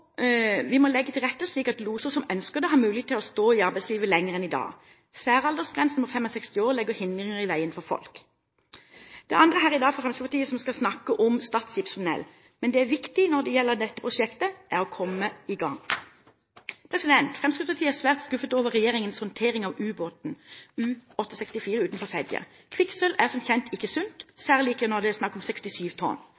Vi må legge til rette slik at loser som ønsker det, har mulighet til å stå i arbeidslivet lenger enn i dag. Særaldersgrensen på 65 år legger hindringer i veien for folk. Det er andre her i dag fra Fremskrittspartiet som skal snakke om Stad skipstunnel, men det viktige når det gjelder dette prosjektet, er å komme i gang. Fremskrittspartiet er svært skuffet over regjeringens håndtering av ubåten U-864 utenfor Fedje. Kvikksølv er som kjent ikke sunt,